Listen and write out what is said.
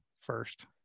first